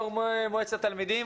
יושב-ראש מועצת התלמידים,